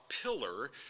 pillar